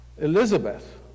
Elizabeth